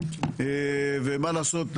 ומה לעשות,